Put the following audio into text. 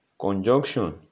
conjunction